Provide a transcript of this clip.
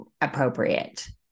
appropriate